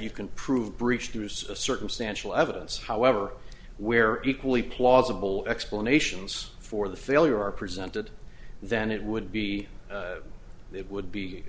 you can prove breached use of circumstantial evidence however where equally plausible explanations for the failure are presented then it would be it would be